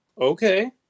okay